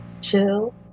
chill